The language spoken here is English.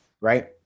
Right